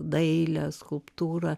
dailė skulptūra